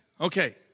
Okay